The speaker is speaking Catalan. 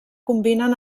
combinen